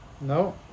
No